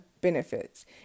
benefits